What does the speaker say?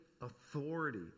authority